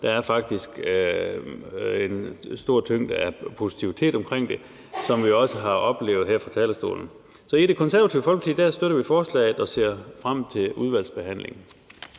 Der er faktisk en stor mængde af positivitet omkring det, hvad vi også har oplevet her fra talerstolen. Så i Det Konservative Folkeparti støtter vi forslaget og ser frem til udvalgsbehandlingen.